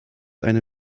eine